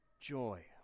joy